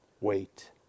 wait